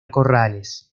corrales